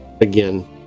again